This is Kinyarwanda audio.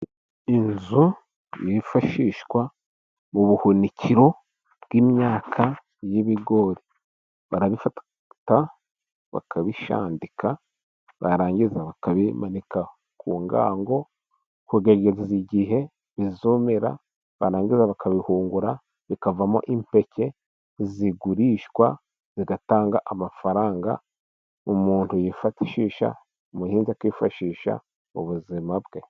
Inzu yifashishwa, ubuhunikiro bw'imyaka y'ibigori. Barabifata bakabishandika barangiza bakabimanika ku ngango, kugeza igihe bizumira, barangiza bakabihungura bikavamo impeke zigurishwa, zigatanga amafaranga umuntu yifashisha, umuhinzi akifashisha mu buzima bwe.